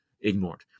ignored